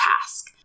task